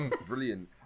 brilliant